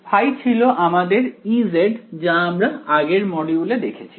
ϕ ছিল আমাদের Ez যা আমরা আগের মডিউলে দেখেছি